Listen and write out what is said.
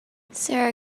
sara